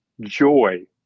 joy